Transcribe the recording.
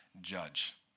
judge